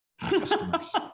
customers